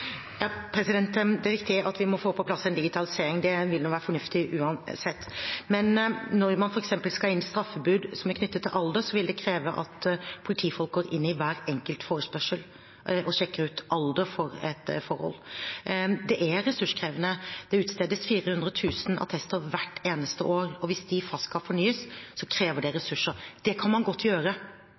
Det er viktig at vi får på plass en digitalisering, det vil være fornuftig uansett. Men når man f.eks. skal ha inn straffebud som er knyttet til alder, vil det kreve at politifolk går inn i hver enkelt forespørsel og sjekker ut alder for et forhold. Det er ressurskrevende. Det utstedes 400 000 attester hvert eneste år, og hvis de skal fornyes fast, krever det ressurser. Det kan man godt gjøre,